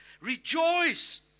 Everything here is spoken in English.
Rejoice